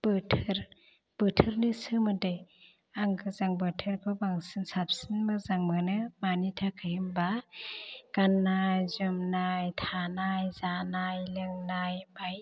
बोथोर बोथोरनि सोमोन्दै आं गोजां बोथोरखौ बांसिन साबसिन मोजां मोनो मानि थाखाय होनबा गान्नाय जोमनाय थानाय जानाय लोंनाय बायदि